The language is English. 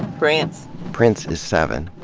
prince. prince is seven.